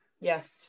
Yes